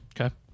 Okay